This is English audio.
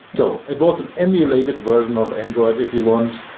so it was an emulated version of android, if you want,